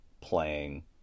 playing